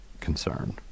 concern